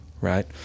right